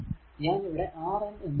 ഞാൻ ഇവിടെ R n എന്ന് എഴുതുന്നു